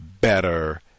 better